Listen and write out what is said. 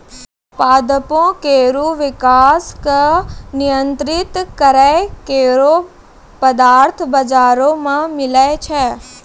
पादपों केरो विकास क नियंत्रित करै केरो पदार्थ बाजारो म मिलै छै